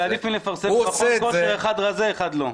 זה עדיף מלפרסם מכון כושר, אחד רזה, אחד לא.